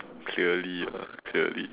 clearly ah clearly